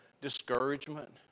discouragement